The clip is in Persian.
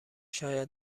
شاید